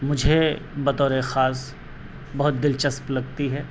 مجھے بطور خاص بہت دلچسپ لگتی ہے